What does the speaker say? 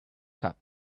cub